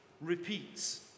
repeats